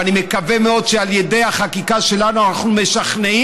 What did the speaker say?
ואני מקווה מאוד שעל ידי החקיקה שלנו אנחנו משכנעים